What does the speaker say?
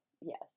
Yes